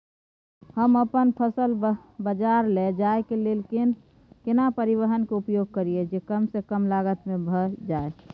हम अपन फसल बाजार लैय जाय के लेल केना परिवहन के उपयोग करिये जे कम स कम लागत में भ जाय?